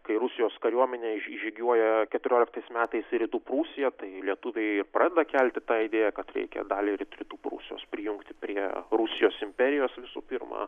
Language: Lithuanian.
kai rusijos kariuomenė įžygiuoja keturioliktais metais į rytų prūsiją tai lietuviai pradeda kelti tą idėją kad reikia dalį rytų prūsijos prijungti prie rusijos imperijos visų pirma